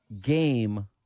game